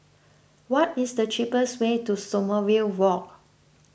what is the cheapest way to Sommerville Walk